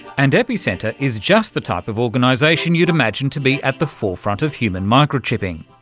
and epicenter is just the type of organisation you would imagine to be at the forefront of human microchipping.